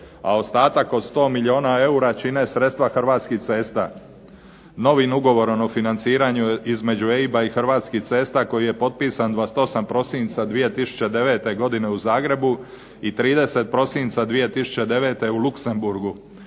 a ostatak od 100 milijuna eura čine sredstva Hrvatskih cesta. Novim ugovorom o financiranju između EIB-a i Hrvatskih cesta koji je potpisan 28. prosinca 2009. godine u Zagrebu i 30. prosinca 2009. u Luxemburgu